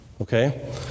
Okay